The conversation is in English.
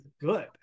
good